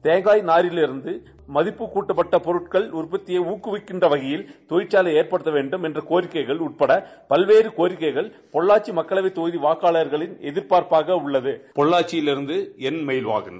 தேங்காய் நாரிலிருந்து மதிப்புக் கூட்டப்பட்ட பொருட்கள் உற்பத்தியை ஊக்குவிக்கும் வகையில் தொழிற்சாலைகளை ஏற்படுத்த வேண்டும் என்ற கோரிக்கைகள் உட்பட பல்வேறு கோரிக்கைகள் பொள்ளாச்சி மக்களவைத் தொகுதி வாக்காளர்களின் எதிர்பார்ப்பாக உள்ளது பொள்ளாச்சியிலிருந்து மஹில்வாகனன்